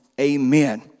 amen